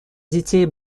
детей